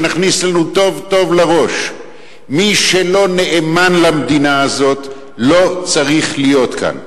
שנכניס לנו טוב טוב לראש: מי שלא נאמן למדינה הזאת לא צריך להיות כאן.